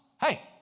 Hey